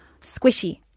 Squishy